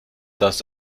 das